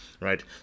Right